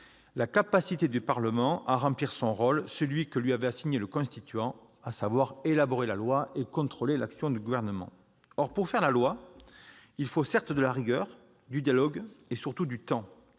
la capacité du Parlement à remplir son rôle, celui que lui avait assigné le constituant, à savoir élaborer la loi et contrôler l'action du Gouvernement. Or, pour faire la loi, il faut certes de la rigueur, du dialogue, mais aussi, et surtout, du temps.